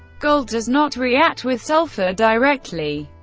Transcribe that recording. gold does not react with sulfur directly,